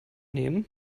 nehmen